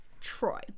troy